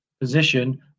position